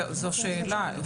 זו שאלה.